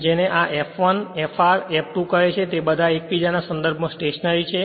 જેને આ F1 Fr F2 કહે છે તે બધા એકબીજાના સંદર્ભમાં સ્ટેશનરી છે